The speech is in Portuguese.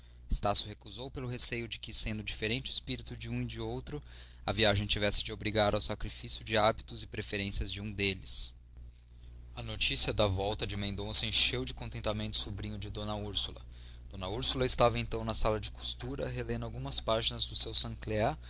estácio recusou pelo receio de que sendo diferente o espírito de um e outro a viagem tivesse de obrigar ao sacrifício de hábitos e preferências de um deles a notícia da volta de mendonça encheu de contentamento o sobrinho de d úrsula d úrsula estava então na sala de costura relendo algumas páginas do seu